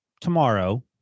tomorrow